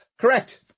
Correct